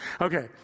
Okay